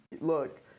look